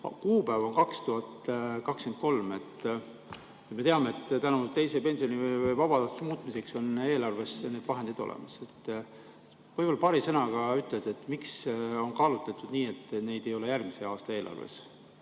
tähtaeg on 2023. Me teame, et tänu teise pensionisamba vabatahtlikuks muutmisele on eelarves need vahendid olemas. Võib-olla sa paari sõnaga ütled, miks on kaalutletud nii, et neid ei ole järgmise aasta eelarves?